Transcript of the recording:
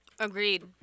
Agreed